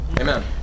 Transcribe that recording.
Amen